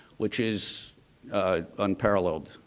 which is unparalleled.